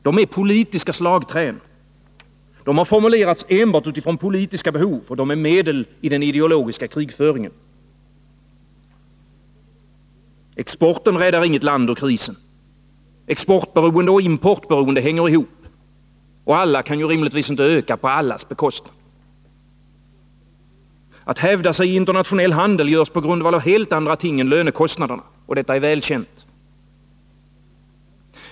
De är politiska slagträn. De har formulerats enbart utifrån politiska behov. De är medel i den ideologiska krigföringen. Exporten räddar inget land ur krisen. Exportberoende och importberoende hänger ihop. Alla kan rimligtvis inte öka på allas bekostnad. Hävdar sig i internationell handel gör man på grundval av helt andra ting än lönekostnaderna. Detta är väl känt.